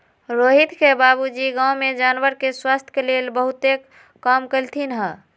रोहित के बाबूजी गांव में जानवर के स्वास्थ के लेल बहुतेक काम कलथिन ह